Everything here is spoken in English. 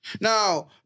Now